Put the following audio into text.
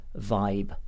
vibe